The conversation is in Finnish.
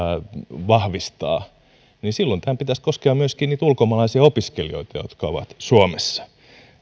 vahvistaa niin silloin tämän pitäisi koskea myöskin niitä ulkomaalaisia opiskelijoita jotka ovat suomessa